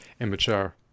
immature